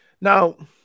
now –